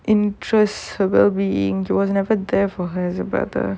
interest her well being he wasn't ever there for her as a brother